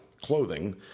clothing